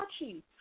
watching